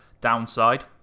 downside